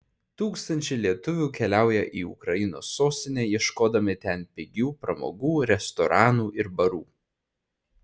tūkstančiai lietuvių keliaują į ukrainos sostinę ieškodami ten pigių pramogų restoranų ir barų